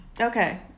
Okay